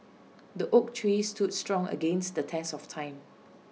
the oak tree stood strong against the test of time